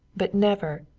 but never,